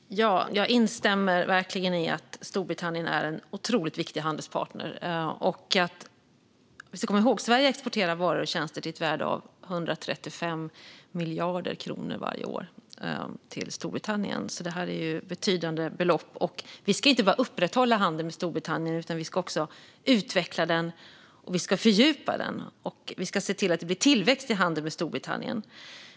Fru talman! Jag instämmer verkligen i att Storbritannien är en otroligt viktig handelspartner. Man ska komma ihåg att Sverige exporterar varor och tjänster till Storbritannien till ett värde av 135 miljarder kronor varje år. Det är ett betydande belopp. Vi ska inte bara upprätthålla handeln med Storbritannien utan också utveckla och fördjupa den, och vi ska se till att det blir tillväxt i handeln med Storbritannien.